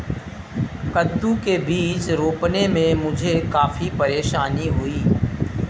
कद्दू के बीज रोपने में मुझे काफी परेशानी हुई